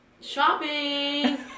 Shopping